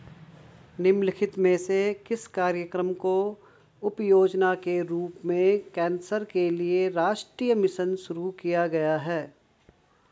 निम्नलिखित में से किस कार्यक्रम को उपयोजना के रूप में कैंसर के लिए राष्ट्रीय मिशन शुरू किया गया है?